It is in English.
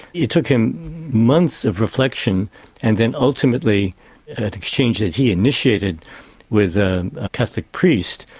it took him months of reflection and then ultimately an exchange that he initiated with a catholic priest,